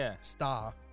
star